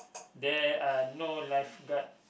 there are no lifeguard